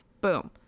Boom